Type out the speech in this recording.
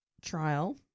trial